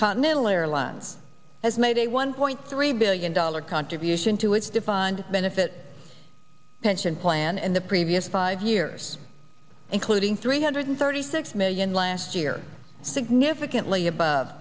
continental airlines has made a one point three billion dollar contribution to its defined benefit pension plan in the previous five years including three hundred thirty six million last year significantly above